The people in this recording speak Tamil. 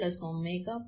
2𝐶 𝑉1 முன்பு போலவே